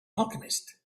alchemist